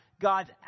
God's